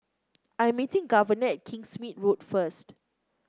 I'm meeting Governor at Kingsmead Road first